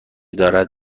دارد